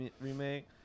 remake